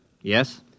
Yes